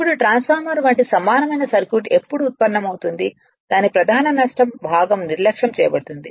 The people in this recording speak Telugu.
ఇప్పుడు ట్రాన్స్ఫార్మర్ వంటి సమానమైన సర్క్యూట్ ఎప్పుడు ఉత్పన్నమవుతుంది దాని ప్రధాన నష్టం భాగం నిర్లక్ష్యం చేయబడుతుంది